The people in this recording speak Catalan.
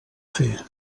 fer